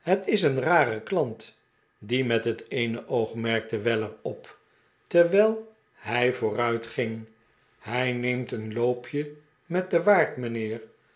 het is een rare klant die met het eene oog merkte weller op terwijl hij vooruit ging hij neemt een loopje met den waard mijnheer